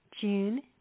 June